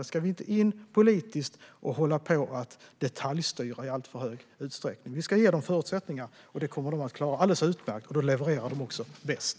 Vi ska inte gå in politiskt och hålla på och detaljstyra där i alltför hög utsträckning, utan vi ska ge dem förutsättningar. De kommer att klara detta alldeles utmärkt, och då levererar de bäst.